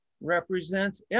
represents